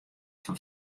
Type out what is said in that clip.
fan